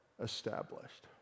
established